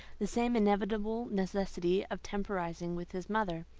the same inevitable necessity of temporizing with his mother.